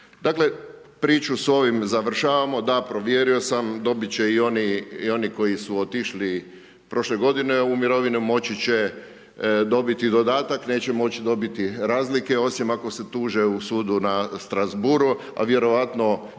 Dakle, priču s ovim završavamo, da provjerio sam dobiti će i oni i oni koji su otišli prošle godine u mirovinu, moći će dobiti dodatak, neće moći dobiti razlike, osim ako se tuže u sudu na Strasbourgu, a vjerojatno